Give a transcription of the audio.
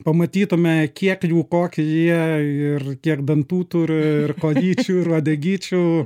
pamatytume kiek jų kokie jie ir kiek dantų turi ir kojyčių ir uodegyčių